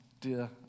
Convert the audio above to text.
dear